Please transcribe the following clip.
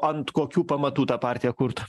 ant kokių pamatų tą partiją kurt